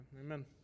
Amen